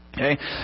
Okay